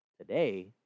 today